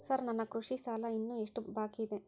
Sir ನನ್ನ ಕೃಷಿ ಸಾಲ ಇನ್ನು ಎಷ್ಟು ಬಾಕಿಯಿದೆ?